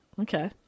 Okay